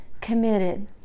committed